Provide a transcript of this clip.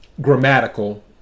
grammatical